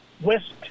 West